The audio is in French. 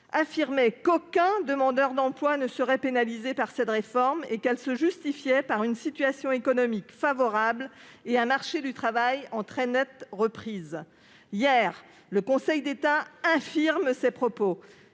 affirmait qu'aucun demandeur d'emploi ne serait pénalisé par cette réforme et qu'elle se justifiait par une situation économique favorable et un marché du travail en très nette reprise. Hier, le Conseil d'État a infirmé ces propos.